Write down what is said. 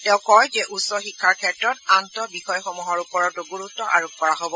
তেওঁ কয় যে উচ্চ শিক্ষাৰ ক্ষেত্ৰত আন্তঃবিষয়সমূহৰ ওপৰতো গুৰুত আৰোপ কৰা হ'ব